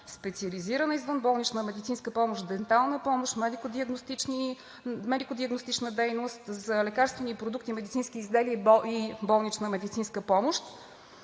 специализирана извънболнична медицинска помощ, дентална помощ, медико-диагностична дейност, за лекарствени продукти, медицински изделия и болнична медицинска помощ.